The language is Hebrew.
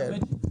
כן.